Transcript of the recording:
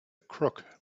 crook